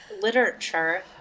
literature